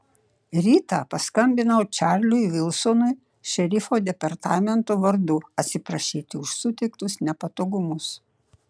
rytą paskambinau čarliui vilsonui šerifo departamento vardu atsiprašyti už suteiktus nepatogumus